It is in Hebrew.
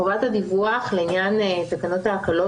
חובת הדיווח לעניין תקנות ההקלות